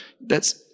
thats